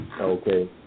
okay